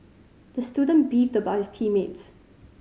the student beefed about his team mates